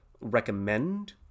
recommend